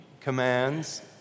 commands